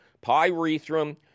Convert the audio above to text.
pyrethrum